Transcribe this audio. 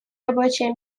рабочие